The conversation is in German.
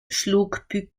schlug